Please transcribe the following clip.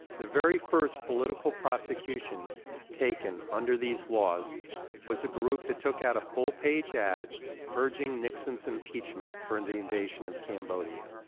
the very first political prosecution taken under these laws was a group that took out a full-page ad urging nixon's impeachment for and the invasion of cambodia.